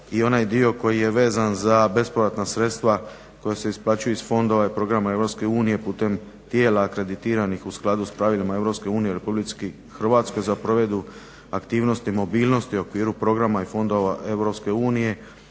i onaj dio koji je vezan za bespovratna sredstva koja se isplaćuju iz fondova i programa EU putem tijela akreditiranih u skladu s pravilima EU u Republici Hrvatskoj za provedbu aktivnosti i mobilnosti u okviru programa i fondova EU